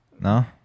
no